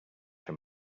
them